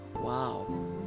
wow